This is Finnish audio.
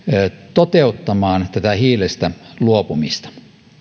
toteuttamaan hiilestä luopumista